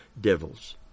devils